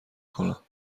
کنم